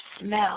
smell